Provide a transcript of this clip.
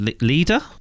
leader